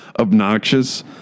obnoxious